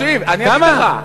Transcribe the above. תקשיב, אני אגיד לך.